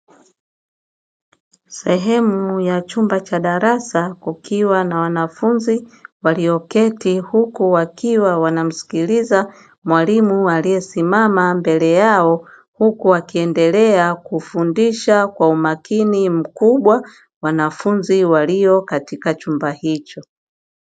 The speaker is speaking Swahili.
Sehemu ya chumba cha darasa kukiwa na wanafunzi walioketi huku wakiwa wanamsikiliza mwalimu aliyesimama mbele yao, huku akiendelea kufundisha kwa umakini mkubwa wanafunzi walio katika chumba hicho.